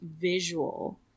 visual